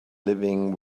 living